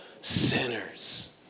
Sinners